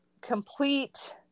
complete